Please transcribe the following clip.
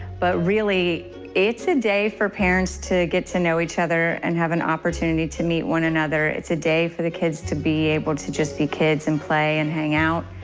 but really it's a day for parents to get to know each other and have an opportunity to meet one another. it's a day for the kids to be able to just be kids and play and hang out.